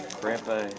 grandpa